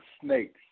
snakes